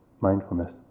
mindfulness